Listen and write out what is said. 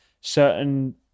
certain